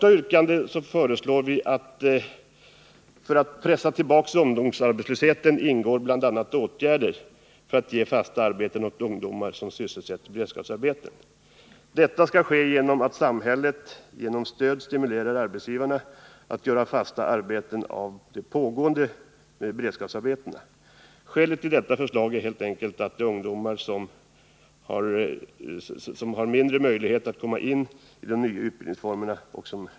Vi framhåller i den inledningsvis att det i programmet för att pressa tillbaka ungdomsarbetslösheten bör ingå bl.a. åtgärder för att ge fasta arbeten åt ungdomar som sysselsätts i beredskapsarbeten. Detta skall ske genom att samhället via stöd stimulerar arbetsgivarna att göra fasta arbeten av de pågående beredskapsarbetena. Motiveringen till detta förslag är helt enkelt att förbättra läget för de ungdomar som har mindre goda möjligheter att komma in i de nya utbildningsformerna.